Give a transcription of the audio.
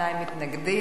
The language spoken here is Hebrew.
נגד,